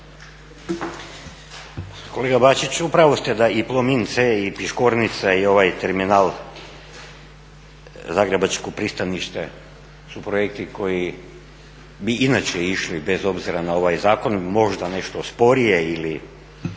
Kolega Bačić, upravo ste da i Plomin C i Piškornica i ovaj terminal zagrebačko pristanište su projekti koji bi inače išli bez obzira na ovaj zakon, možda nešto sporije ili